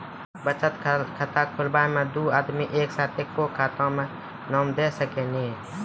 बचत खाता खुलाए मे दू आदमी एक साथ एके खाता मे नाम दे सकी नी?